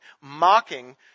mocking